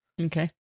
Okay